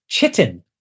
Chitin